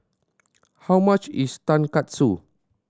how much is Tonkatsu